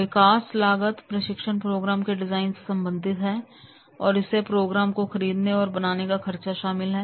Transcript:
विकास लागत प्रशिक्षण प्रोग्राम के डिजाइन से संबंधित रखता है और इसमें प्रोग्राम को खरीदने और बनाने का खर्चा शामिल है